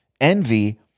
Envy